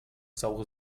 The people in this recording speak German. saure